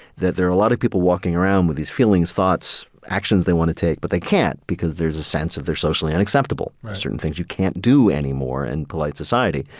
that there are a lot of people walking around with these feelings, thoughts, actions they want to take, but they can't because there's a sense of they're socially unacceptable. there's certain things you can't do anymore in and polite society.